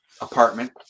apartment